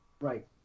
Right